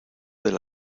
del